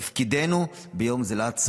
ביום זה תפקידנו לעצור,